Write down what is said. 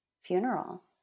funeral